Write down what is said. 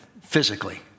physically